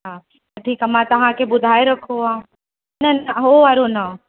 हा त ठीकु आहे मां तव्हांखे ॿुधाइ रखो आहे न न हो वारो न